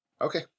Okay